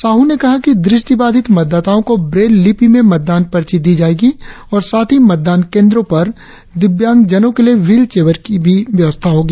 साहू ने कहा कि दृष्टिबाधित मतदाताओं को ब्रेल लिपि में मतदान पर्ची दी जायेगी और साथ ही मतदान केंद्रों पर दिव्यांगजनों के लिए व्हील चेयर भी उपलब्ध होगी